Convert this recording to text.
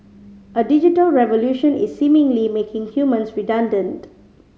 a digital revolution is seemingly making humans redundant